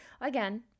again